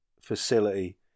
facility